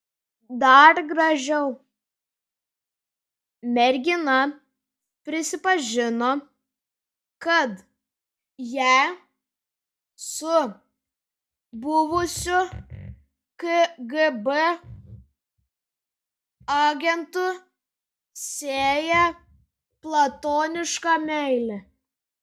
dar gražiau mergina prisipažino kad ją su buvusiu kgb agentu sieja platoniška meilė